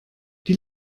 die